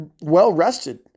well-rested